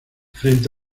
frente